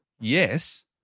yes